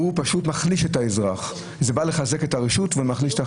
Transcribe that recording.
אלה דברים שמחלישים את האזרחים ומחזקים את הרשות.